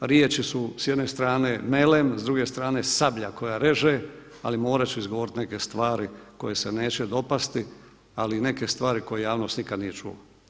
Riječi su s jedne strane melem, s druge strane sablja koja reže, ali morat ću izgovorit neke stvari koje se neće dopasti, ali i neke stvari koje javnost nikad nije čula.